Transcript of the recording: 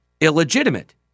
illegitimate